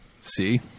See